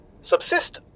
subsist